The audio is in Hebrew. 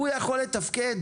הוא יכול לתפקד?